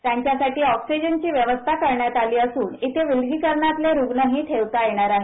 त्यांच्यासाठी ऑक्सीजनची व्यवस्था करण्यात आली असून इथे विलगीकरणातले रुग्णही ठेवता येणार आहेत